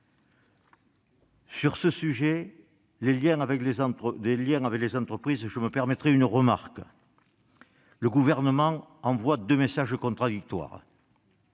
Sur ce sujet des liens avec les entreprises, je me permettrai une remarque : le Gouvernement envoie deux messages contradictoires.